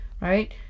right